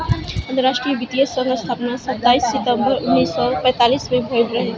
अंतरराष्ट्रीय वित्तीय संघ स्थापना सताईस दिसंबर उन्नीस सौ पैतालीस में भयल रहे